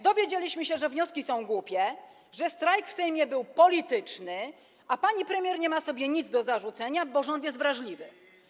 Dowiedzieliśmy się, że wnioski są głupie, że strajk w Sejmie był polityczny, a pani premier nie ma sobie nic do zarzucenia, bo rząd jest wrażliwy.